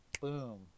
boom